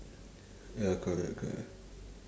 ya correct correct correct ah